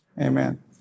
amen